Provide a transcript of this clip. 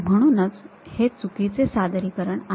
म्हणूनच हे चुकीचे सादरीकरण आहे